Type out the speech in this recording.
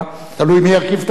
תלוי מי ירכיב את הממשלה.